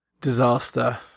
Disaster